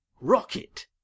Rocket